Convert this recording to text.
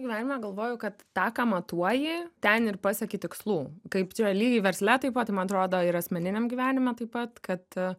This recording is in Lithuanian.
gyvenime galvoju kad tą ką matuoji ten ir pasieki tikslų kaip čia lygiai versle taip pat man atrodo ir asmeniniam gyvenime taip pat kad